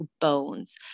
bones